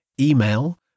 email